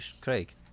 Craig